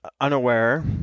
unaware